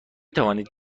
توانید